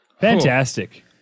fantastic